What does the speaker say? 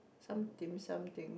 some dimsum thing